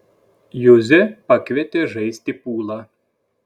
juzę pakvietė žaisti pulą